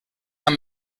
amb